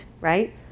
right